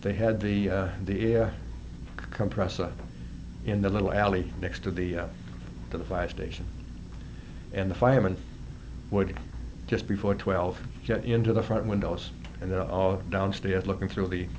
they had the the air compressor in the little alley next to the to the fire station and the firemen would just before twelve into the front windows and they're all downstairs looking through the